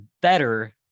better